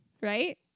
right